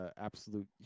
absolute